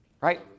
Right